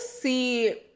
see